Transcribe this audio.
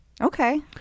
Okay